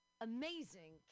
amazing